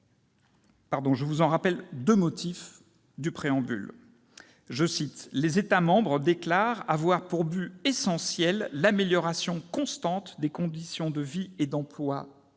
Je vous en rappelle deux motifs, issus de son préambule : les États membres déclarent avoir pour but essentiel « l'amélioration constante des conditions de vie et d'emploi